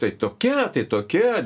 tai tokia tai tokia